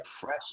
fresh